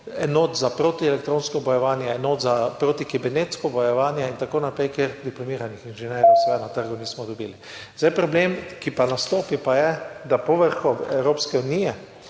enot za protielektronsko bojevanje, enot za protikibernetsko bojevanje in tako naprej, kjer diplomiranih inženirjev seveda na trgu nismo dobili. Problem, ki nastopi, pa je, da so bila po vrhu Evropske unije